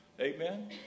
Amen